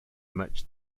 much